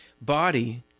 body